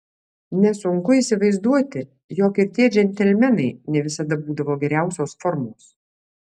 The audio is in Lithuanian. nesunku įsivaizduoti jog ir tie džentelmenai ne visada būdavo geriausios formos